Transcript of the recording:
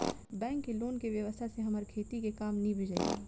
bank के loan के व्यवस्था से हमार खेती के काम नीभ जाई